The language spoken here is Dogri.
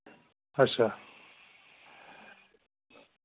अच्छा